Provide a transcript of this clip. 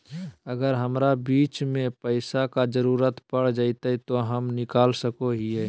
अगर हमरा बीच में पैसे का जरूरत पड़ जयते तो हम निकल सको हीये